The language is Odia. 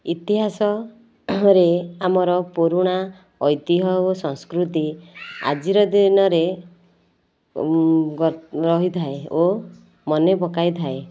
ଇତିହାସରେ ଆମର ପୁରୁଣା ଐତିହ୍ୟ ଓ ସଂସ୍କୃତି ଆଜିର ଦିନରେ ଗପ ହୋଇଥାଏ ଓ ମନେପକାଇ ଥାଏ